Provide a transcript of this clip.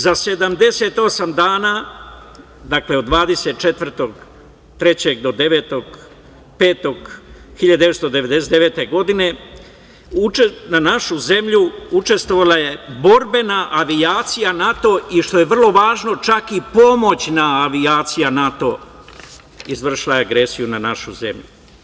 Za 78 dana, dakle od 24. marta do 9. maja 1999. godine na našu zemlju učestvovala je borbena avijacija NATO i što je vrlo važno, čak i pomoćna avijacija NATO izvršila je agresiju na našu zemlju.